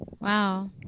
Wow